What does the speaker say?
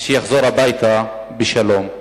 שיחזור הביתה בשלום.